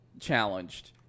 challenged